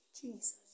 Jesus